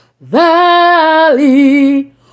valley